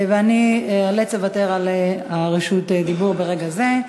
ואני איאלץ לוותר על רשות הדיבור ברגע זה.